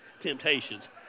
temptations